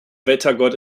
wettergott